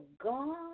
God